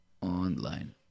online